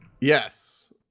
Yes